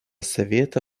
совета